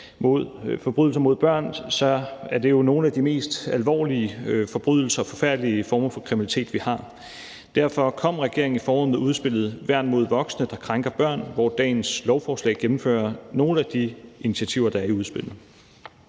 mod forbrydelser mod børn, så er det jo nogle af de mest alvorlige forbrydelser, forfærdelige former for kriminalitet, vi har. Derfor kom regeringen i foråret med udspillet »Værn mod voksne der krænker børn«, hvor dagens lovforslag gennemfører nogle af de initiativer, der er i udspillet.